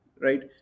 right